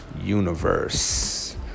universe